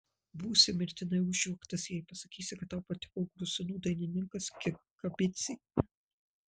būsi mirtinai užjuoktas jei pasakysi kad tau patiko gruzinų dainininkas kikabidzė